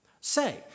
Say